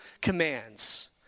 commands